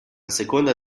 seconda